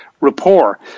rapport